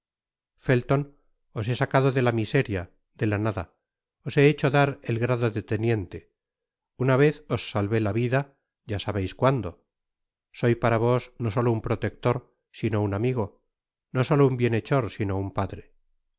felton os he sacado de la miseria de la nada os he hecho dar el grado de teniente una vez os salvé la vida ya sabeis cuando soy para vos no solo un protector sino un amigo no solo un bienhechor sino un padre ha